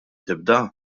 tibda